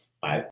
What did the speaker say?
bye